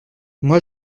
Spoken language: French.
moi